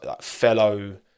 fellow